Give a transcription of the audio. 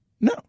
no